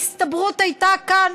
ההסתברות הייתה כאן